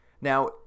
Now